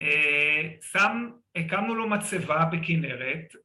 ‫שם הקמנו לו מצבה בכנרת,